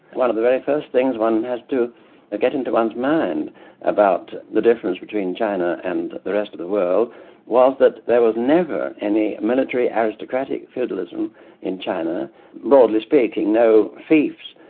one of the very first things one has to ah get into one's mind about the difference between china and the rest of the world was that there was never any military aristocratic feudalism in china broadly speaking no fiefs,